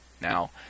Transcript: Now